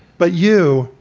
but you,